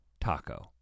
taco